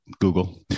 Google